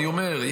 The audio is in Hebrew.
אני אומר,